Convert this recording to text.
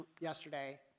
yesterday